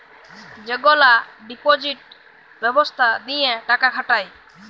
যেগলা ডিপজিট ব্যবস্থা দিঁয়ে টাকা খাটায়